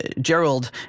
gerald